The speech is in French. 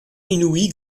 inouïe